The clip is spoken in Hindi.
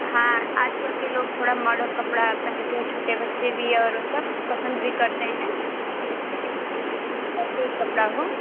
हाँ आज कल के लोग थोड़ा मॉडल कपड़ा पहनते हैं छोटे बच्चे भी और सब पसंद भी करते हैं ठीक है ऐसे ही कपड़ा हो